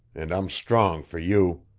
and i'm strong for you!